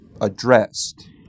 addressed